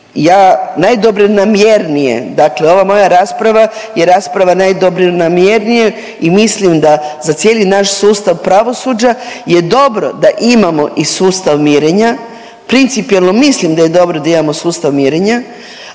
najdobronamjernije, dakle ova moja rasprava je rasprava najdobronamjernije i mislim da za cijeli naš sustav pravosuđa je dobro da imamo i sustav mirenja. Principijelno mislim da je dobro da imamo sustav mirenja,